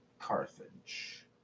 Carthage